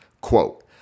Quote